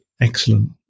excellent